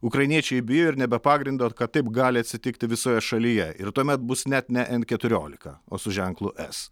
ukrainiečiai bijo ir ne be pagrindo kad taip gali atsitikti visoje šalyje ir tuomet bus net ne en keturiolika o su ženklu es